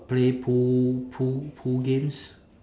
play pool pool pool games